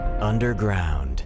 underground